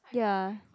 ya